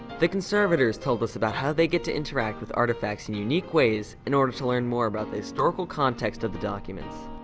the conservators told us about how they get to interact with artifacts in unique ways in order to learn more about the historical context of the documents.